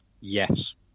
Yes